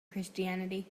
christianity